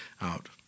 out